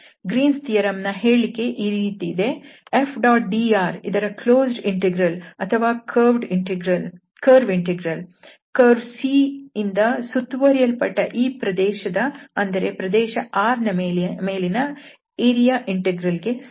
Green's theorem Green's theoremನ ಹೇಳಿಕೆ ಈ ರೀತಿ ಇದೆ F⋅dr ಇದರ ಕ್ಲೋಸ್ಡ್ ಇಂಟೆಗ್ರಲ್ ಅಥವಾ ಕರ್ವ್ ಇಂಟೆಗ್ರಲ್ ಕರ್ವ್ C ಇಂದ ಸುತ್ತುವರಿಯಲ್ಪಟ್ಟ ಈ ಪ್ರದೇಶದ ಅಂದರೆ ಪ್ರದೇಶ R ನ ಮೇಲಿನ ಏರಿಯಾ ಇಂಟೆಗ್ರಲ್ ಗೆ ಸಮ